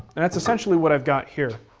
and that's essentially what i've got here.